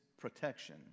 protection